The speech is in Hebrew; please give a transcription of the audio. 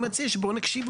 אני מציע שנקשיב לו.